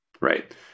right